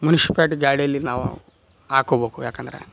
municipality ಗಾಡೀಲಿ ನಾವು ಹಾಕ್ಕೊಬೋಕು ಯಾಕಂದ್ರೆ